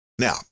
Now